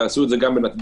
תעשו את זה גם בנתב"ג.